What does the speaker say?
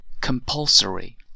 compulsory